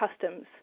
customs